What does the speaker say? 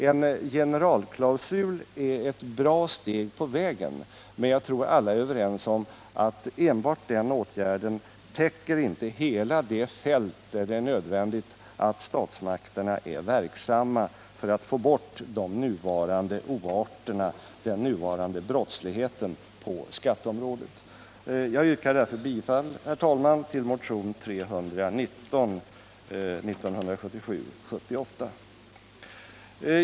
En generalklausul är ett bra steg på vägen, men jag tror alla är överens om att enbart den åtgärden inte täcker hela det fält på vilket det är nödvändigt att statsmakterna är verksamma för att få bort de nuvarande avarterna och brottsligheten på skatteområdet. Jag yrkar därför, herr talman, bifall till motionen 1978/79:319.